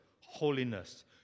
holiness